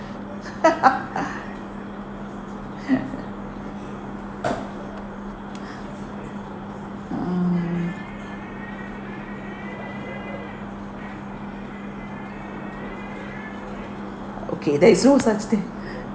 mm okay there is no such thing